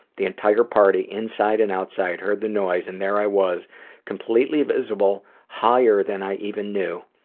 the entire party inside and outside heard the noise and there i was completely visible, higher than i even knew,